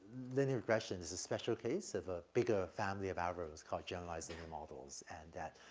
linear regression is a special case of a bigger family of algorithms called generalizing your models. and that,